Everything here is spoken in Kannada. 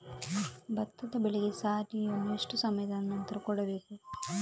ಭತ್ತದ ಬೆಳೆಗೆ ಸ್ಲಾರಿಯನು ಎಷ್ಟು ಸಮಯದ ಆನಂತರ ಕೊಡಬೇಕು?